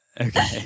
okay